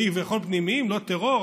לא טרור,